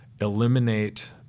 eliminate